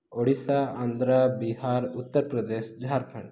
Odisha Andhra Bihar Uttar Pradesh Jharkhand